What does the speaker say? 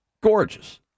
gorgeous